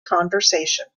conversation